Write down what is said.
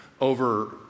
over